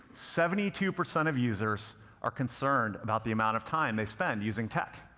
seventy two percent of users are concerned about the amount of time they spend using tech.